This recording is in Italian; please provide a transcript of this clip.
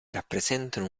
rappresentano